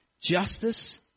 Justice